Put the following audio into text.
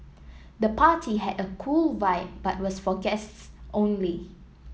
the party had a cool vibe but was for guests only